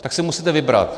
Tak si musíte vybrat.